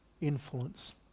influence